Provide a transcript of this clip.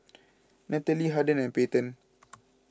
Nataly Harden and Payten